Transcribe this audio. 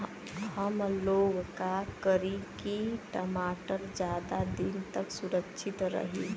हमलोग का करी की टमाटर ज्यादा दिन तक सुरक्षित रही?